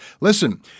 Listen